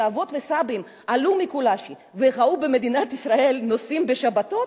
שכשאבות וסבים עלו מקולאשי וראו שבמדינת ישראל נוסעים בשבת,